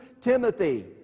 Timothy